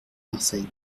marseille